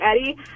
Eddie